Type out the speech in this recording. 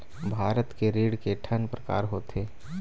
भारत के ऋण के ठन प्रकार होथे?